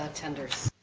tenders.